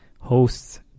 hosts